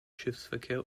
schiffsverkehr